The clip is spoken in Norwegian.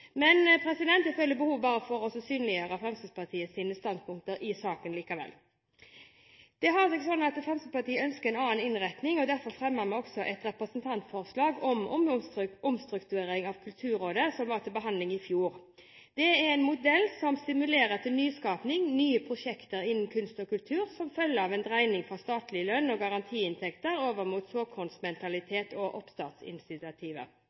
Jeg føler likevel behov for å synliggjøre Fremskrittspartiets standpunkter i saken. Det har seg slik at Fremskrittspartiet ønsker en annen innretning og derfor fremmet vi også et representantforslag om omstrukturering av Kulturrådet som var til behandling i fjor. Det er en modell som stimulerer til nyskaping, nye prosjekter innen kunst og kultur som følge av en dreining fra statlig lønn og garantiinntekter